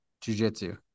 jiu-jitsu